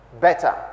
better